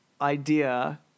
idea